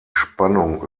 spannung